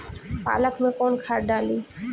पालक में कौन खाद डाली?